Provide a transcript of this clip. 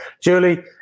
Julie